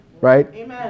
right